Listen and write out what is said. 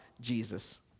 Jesus